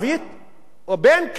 או בין קיבוץ שהוקם.